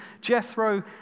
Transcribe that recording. Jethro